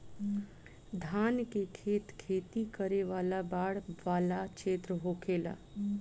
धान के खेत खेती करे वाला बाढ़ वाला क्षेत्र होखेला